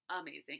amazing